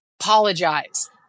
apologize